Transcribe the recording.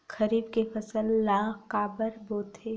खरीफ के फसल ला काबर बोथे?